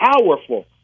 Powerful